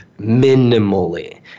Minimally